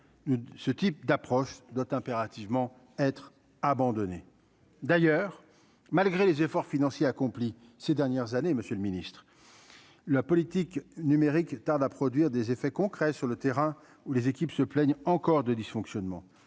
ce type d'approche doit impérativement être abandonnée, d'ailleurs, malgré les efforts financiers accomplis ces dernières années, Monsieur le Ministre. La politique numérique tarde à produire des effets concrets sur le terrain où les équipes se plaignent encore de dysfonctionnements,